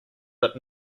but